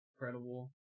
Incredible